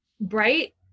bright